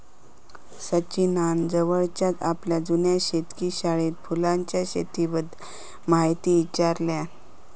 सचिनान जवळच्याच आपल्या जुन्या शेतकी शाळेत फुलांच्या शेतीबद्दल म्हायती ईचारल्यान